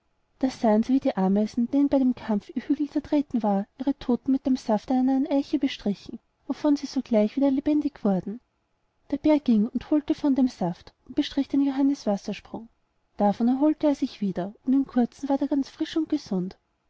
sahen sie wie die ameisen denen bei dem kampf ihr hügel zertreten war ihre todten mit dem saft einer nahen eiche bestrichen wovon sie sogleich wieder lebendig wurden der bär ging und holte von dem saft und bestrich den johannes wassersprung davon erholte er sich wieder und in kurzem war er ganz frisch und gesund